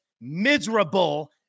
miserable